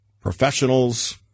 professionals